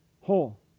whole